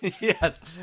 Yes